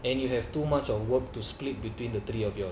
and you have too much of work to split between the three of you all